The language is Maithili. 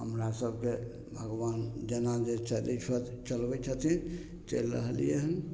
हमरा सबके भगवान जेना जे चलय छथि चलबय छथिन चलि रहलै हन